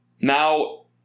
Now